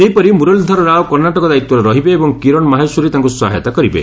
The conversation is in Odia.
ସେହିପରି ମୁରଲୀଧର ରାଓ କର୍ଷ୍ଣାଟକ ଦାୟିତ୍ୱରେ ରହିବେ ଏବଂ କିରଣ ମାହେଶ୍ୱରୀ ତାଙ୍କୁ ସହାୟତା କରିବେ